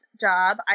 job